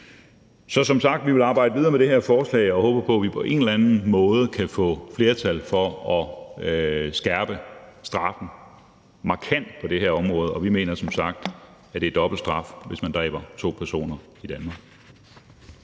vil som sagt arbejde videre med det her forslag, og vi håber på, at vi på en eller anden måde kan få flertal for at skærpe straffen markant på det her område. Vi mener som sagt, at der skal være dobbelt straf, hvis man dræber to personer, i Danmark.